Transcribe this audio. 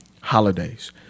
holidays